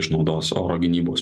išnaudos oro gynybos